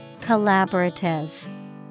Collaborative